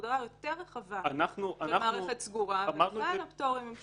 הגדרה יותר רחבה של מערכת סגורה ועדיין הפטורים הם שונים.